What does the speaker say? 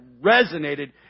resonated